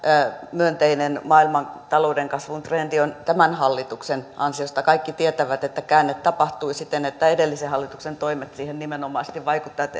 myönteinen maailmantalouden kasvun trendi olisi tämän hallituksen ansiota kaikki tietävät että käänne tapahtui siten että edellisen hallituksen toimet siihen nimenomaisesti vaikuttivat joten